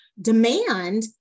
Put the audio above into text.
demand